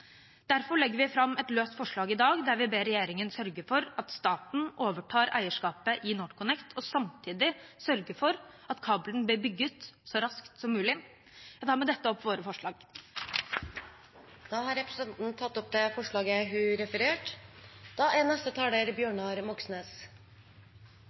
Derfor legger vi fram et løst forslag i dag, der vi ber regjeringen sørge for at staten overtar eierskapet i NorthConnect, og samtidig sørge for at kabelen blir bygget så raskt som mulig. Jeg tar med dette opp vårt forslag. Representanten Hulda Holtvedt har tatt opp det forslaget hun refererte